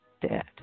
dead